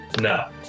No